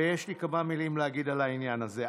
ויש לי כמה מילים להגיד על העניין הזה.